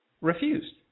refused